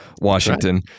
Washington